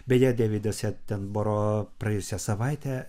beje deividas etemboro praėjusią savaitę